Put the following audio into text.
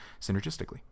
synergistically